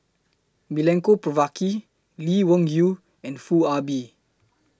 Milenko Prvacki Lee Wung Yew and Foo Ah Bee